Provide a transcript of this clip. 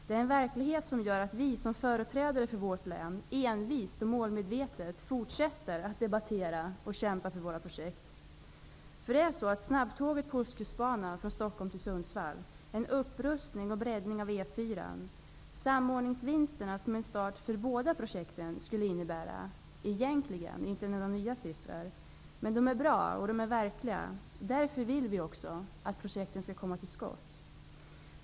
Det är en verklighet som gör att vi som företrädare för vårt län envist och målmedvetet fortsätter att debattera och kämpa för våra projekt. Stockholm till Sundsvall, och en upprustning och breddning av E 4:an skulle innebära är egentligen inte några nya siffror. Men de är bra och de är verkliga. Därför vill vi också att projekten skall komma till skott.